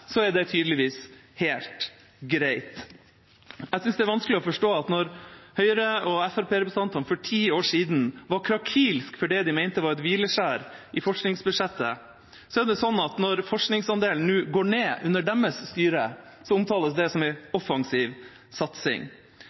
er det tydeligvis helt greit. Jeg synes det er vanskelig å forstå at Høyre- og Fremskrittsparti-representantene for ti år siden var krakilske på grunn av det de mente var et hvileskjær i forskningsbudsjettet, men når forskningsandelen nå går ned, under deres styre, omtales det som en offensiv satsing.